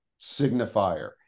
signifier